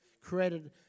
created